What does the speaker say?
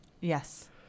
Yes